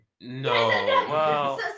No